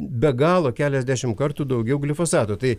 be galo keliasdešimt kartų daugiau glifosato tai